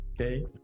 Okay